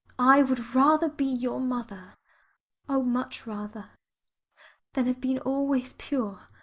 i would rather be your mother oh! much rather than have been always pure.